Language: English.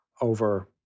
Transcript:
over